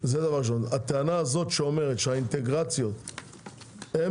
הטענה הזאת שאומרת שהאינטגרציות הן